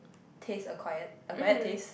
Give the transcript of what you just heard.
taste acquired acquired taste